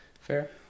Fair